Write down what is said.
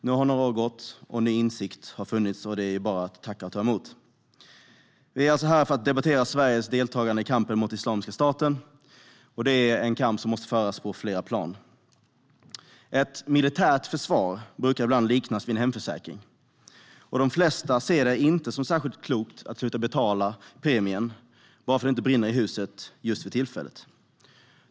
Nu har några år gått och ny insikt kommit, och det är bara att tacka och ta emot. Vi är här för att debattera Sveriges deltagande i kampen mot Islamiska staten. Det är en kamp som måste föras på flera plan. Ett militärt försvar brukar ibland liknas vid en hemförsäkring, och de flesta ser det inte som särskilt klokt att sluta betala premien bara för att det inte brinner i huset just för tillfället.